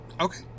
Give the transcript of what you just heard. okay